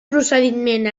procediment